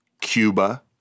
Cuba